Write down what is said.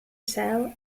sale